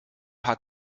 hat